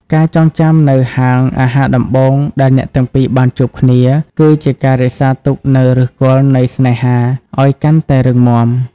ការចងចាំនូវហាងអាហារដំបូងដែលអ្នកទាំងពីរបានជួបគ្នា គឺជាការរក្សាទុកនូវឫសគល់នៃស្នេហាឱ្យកាន់តែរឹងមាំ។